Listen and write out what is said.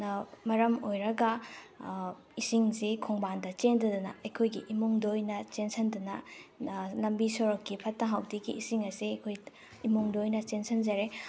ꯅ ꯃꯔꯝ ꯑꯣꯏꯔꯒ ꯏꯁꯤꯡꯁꯤ ꯈꯣꯡꯕꯥꯟꯗ ꯆꯦꯟꯗꯗꯅ ꯑꯩꯈꯣꯏꯒꯤ ꯏꯃꯨꯡꯗ ꯑꯣꯏꯅ ꯆꯦꯟꯁꯤꯟꯗꯅ ꯂꯝꯕꯤ ꯁꯣꯔꯣꯛꯀꯤ ꯐꯠꯇ ꯍꯥꯎꯗꯤꯒꯤ ꯏꯁꯤꯡ ꯑꯁꯦ ꯑꯩꯈꯣꯏ ꯏꯃꯨꯡꯗ ꯑꯣꯏꯅ ꯆꯦꯟꯁꯟꯖꯔꯦ